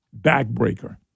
backbreaker